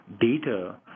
data